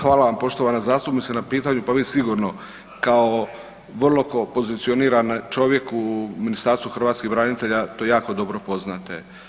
Hvala vam poštovana zastupnice na pitanju, pa vi sigurno kao vrlo pozicioniran čovjek u Ministarstvu hrvatskih branitelja to jako dobro poznate.